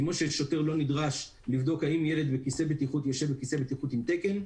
בדיוק כמו ששוטר לא נדרש לבדוק האם ילד יושב בכיסא בטיחות עם תקן.